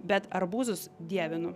bet arbūzus dievinu